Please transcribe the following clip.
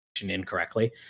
incorrectly